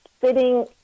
sitting